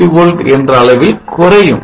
1 mV என்ற அளவில் குறையும்